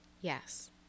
yes